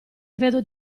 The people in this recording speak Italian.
credo